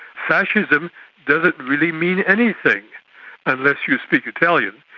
fascism doesn't really mean anything unless you speak italian.